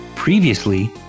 Previously